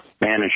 manage